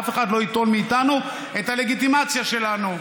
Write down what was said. אף אחד לא ייטול מאיתנו את הלגיטימציה שלנו,